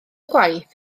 gwaith